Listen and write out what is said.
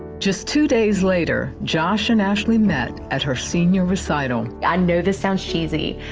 just two days later, josh and ashley met at her senior recital. i know this sounds cheesy,